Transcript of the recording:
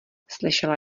slyšela